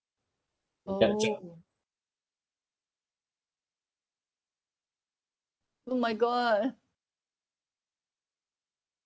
orh oh my god